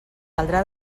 caldrà